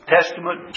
Testament